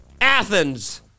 Athens